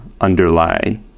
underlie